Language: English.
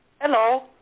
Hello